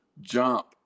jump